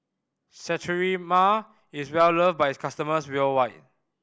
Sterimar is loved by its customers worldwide